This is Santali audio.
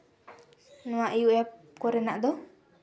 ᱱᱚᱣᱟ ᱤᱭᱩ ᱮᱯᱷ ᱠᱚᱨᱮᱱᱟᱜ ᱫᱚ